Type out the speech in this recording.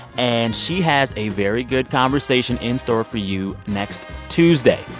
and she has a very good conversation in store for you next tuesday.